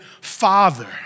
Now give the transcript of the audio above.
Father